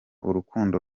urukundo